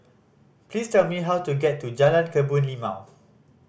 please tell me how to get to Jalan Kebun Limau